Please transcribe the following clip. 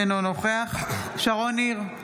אינו נוכח שרון ניר,